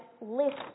list